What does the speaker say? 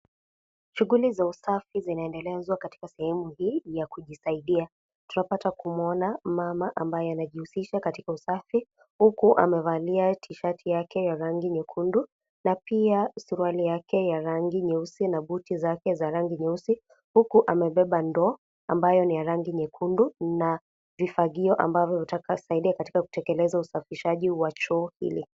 Shughuli za usafi zinaendelezwa katika sehemu hii ya kujisaidia. Tunapata kumwona mama ambaye amejihusisha katika usafi huku amevalia (CS)t shirt(CS)yake ya rangi nyekundu na pia suruali yake ya rangi nyeusi na buti zake za rangi nyeusi, huku amebeba ndoo ambayo ni ya rangi nyekundu na vifagio ambavyo vitakavyosaidia katika kutekeleza usafishaji wa choo hili.